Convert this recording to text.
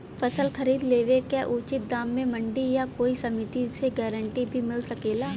फसल खरीद लेवे क उचित दाम में मंडी या कोई समिति से गारंटी भी मिल सकेला?